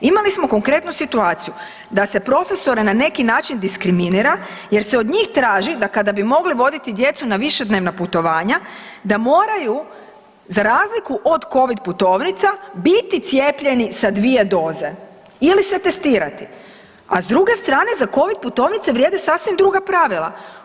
Imali smo konkretnu situaciju da se profesore na neki način diskriminira jer se od njih traži da kada bi mogli voditi djecu na višednevna putovanja da moraju za razliku od Covid putovnica biti cijepljeni sa dvije doze ili se testirati, a s druge strane za Covid putovnice vrijede sasvim druga pravila.